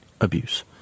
abuse